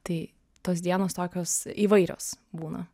tai tos dienos tokios įvairios būna